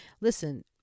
Listen